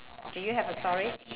do you have a story